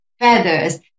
Feathers